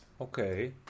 Okay